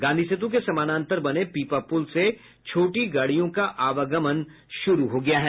गांधी सेतु के समानांतर बने पीपा पुल से छोटी गाड़ियों का आवागमन शुरू हो गया है